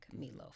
Meatloaf